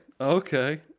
Okay